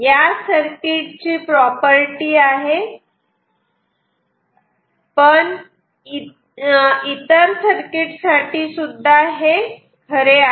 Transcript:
या सर्किट ची प्रॉपर्टी आहे पण इतर सर्किट साठी सुद्धा हे खरे आहे